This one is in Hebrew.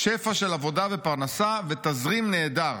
שפע של עבודה ופרנסה ותזרים נהדר.